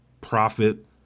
profit